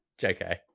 jk